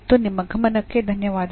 ನಿಮ್ಮ ಗಮನಕ್ಕೆ ಧನ್ಯವಾದಗಳು